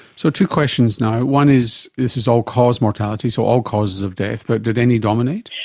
so two questions now, one is this is all-cause mortality, so all causes of death, but did any dominate?